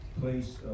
place